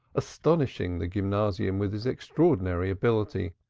astonishing the gymnasium with his extraordinary ability,